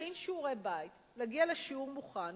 להכין שיעורי בית ולהגיע לשיעור מוכן.